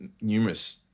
numerous